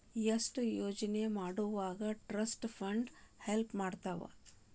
estate ಯೋಜನೆ ಮಾಡೊವಾಗ trust fund help ಮಾಡ್ತವಾ